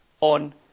on